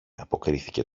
αποκρίθηκε